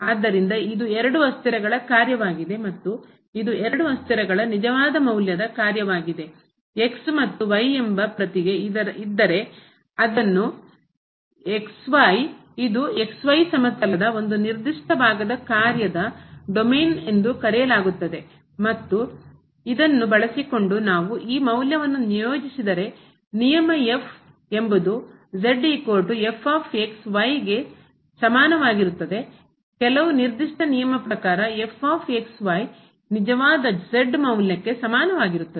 ಆದ್ದರಿಂದ ಇದು ಎರಡು ಅಸ್ಥಿರಗಳ ಕಾರ್ಯವಾಗಿದೆ ಮತ್ತು ಇದುಎರಡು ಅಸ್ಥಿರಗಳ ನಿಜವಾದ ಮೌಲ್ಯದ ಕಾರ್ಯವಾಗಿದೆ ಮತ್ತು ಪ್ರತಿಗೆ ಇದ್ದರೆ ಅದನ್ನು ಇದು x y ಸಮತಲದ ಒಂದು ನಿರ್ದಿಷ್ಟ ಭಾಗದ ಕಾರ್ಯದ ಡೊಮೇನ್ ಎಂದು ಕರೆಯಲಾಗುತ್ತದೆ ಮತ್ತು ಇದನ್ನು ಬಳಸಿಕೊಂಡು ನಾವು ಈ ಮೌಲ್ಯವನ್ನು ನಿಯೋಜಿಸಿದರೆ ನಿಯಮ ಎಂಬುದು ಗೆ ಸಮಾನವಾಗಿರುತ್ತದೆ ಕೆಲವು ನಿರ್ದಿಷ್ಟ ನಿಯಮಪ್ರಕಾರ ನಿಜವಾದ ಮೌಲ್ಯಕ್ಕೆ ಸಮಾನವಾಗಿರುತ್ತದೆ